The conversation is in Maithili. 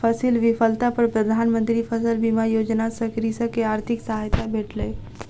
फसील विफलता पर प्रधान मंत्री फसल बीमा योजना सॅ कृषक के आर्थिक सहायता भेटलै